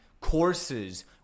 courses